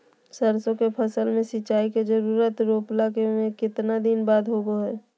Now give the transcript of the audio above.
सरसों के फसल में सिंचाई के जरूरत रोपला के कितना दिन बाद होबो हय?